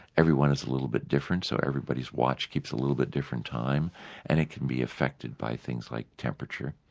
every one is a little bit different, so everybody's watch keeps a little bit different time and it can be affected by things like temperature.